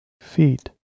feet